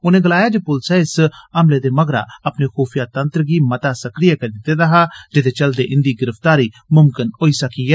उनें गलाया जे पुलसै इस हमले दे मगरा अपने खूफिया तंत्र गी मता सक्रिय करी दित्ते दा हा जेहदे चलदे इंदी गिरफ्तारी मुमकिन होई सकी ऐ